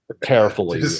carefully